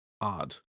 odd